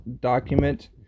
document